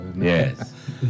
yes